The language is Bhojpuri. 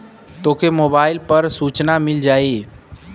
तोके मोबाइल पर सूचना मिल जाई